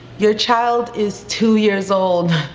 your child is two years old,